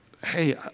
Hey